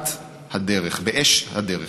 בצדקת הדרך, באש הדרך.